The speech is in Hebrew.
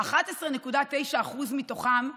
11.9% מתוכם,